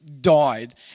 died